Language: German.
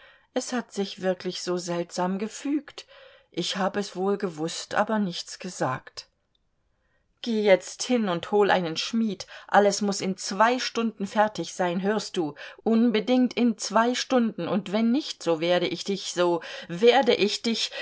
es hat sich wirklich so seltsam gefügt ich hab es wohl gewußt aber nicht gesagt geh jetzt hin und hol einen schmied alles muß in zwei stunden fertig sein hörst du unbedingt in zwei stunden und wenn nicht so werde ich dich so werde ich dich